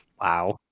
Wow